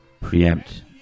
preempt